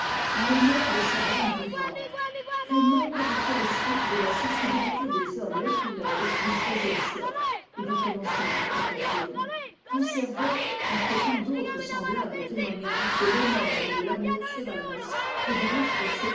en l'honneur de sadamevivante pleinementcaractéristiques de la sensibilité des hommes les plus nobles du xiiie siècle ou du commencement du xive conservé entre tant d'autres semblables témoignages del'honneuret de l'amour chevaleresques que dante